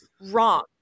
wrong